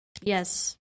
Yes